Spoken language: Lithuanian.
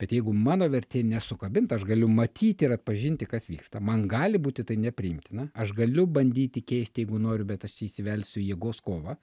bet jeigu mano vertė nesukabinta aš galiu matyti ir atpažinti kas vyksta man gali būti tai nepriimtina aš galiu bandyti keisti jeigu noriu bet aš čia įsivelsiu į jėgos kovą